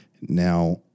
Now